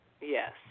Yes